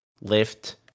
lift